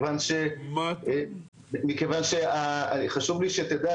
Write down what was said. מכיוון שחשוב לי שתדע,